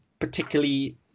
particularly